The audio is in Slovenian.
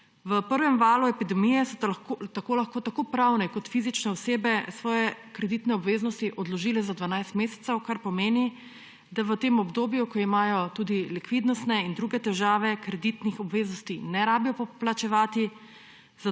V prvem valu epidemije so tako lahko tako pravne kot fizične osebe svoje kreditne obveznosti odložile za 12 mesecev, kar pomeni, da v tem obdobju, ko imajo tudi likvidnostne in druge težave, kreditnih obveznosti ne rabijo poplačevati,